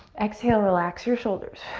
exhale, relax your shoulders.